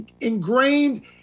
ingrained